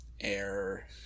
air